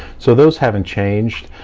so those haven't changed,